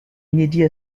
inédit